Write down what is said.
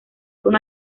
con